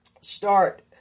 start